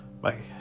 bye